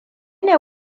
ne